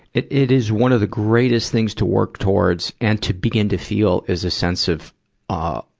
it, it is one of the greatest things to works towards. and to begin to feel is a sense of our,